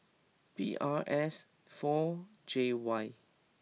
P R S four J Y